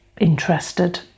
interested